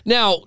Now